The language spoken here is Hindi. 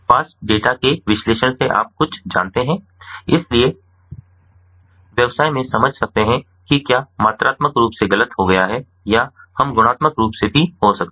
फास्ट डेटा के विश्लेषण से आप कुछ जानते हैं इसलिए व्यवसाय में समझ सकते हैं कि क्या मात्रात्मक रूप से गलत हो गया है या हम गुणात्मक रूप से भी हो सकते हैं